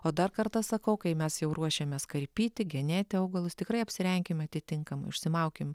o dar kartą sakau kai mes jau ruošiamės karpyti genėti augalus tikrai apsirenkim atitinkamai užsimaukim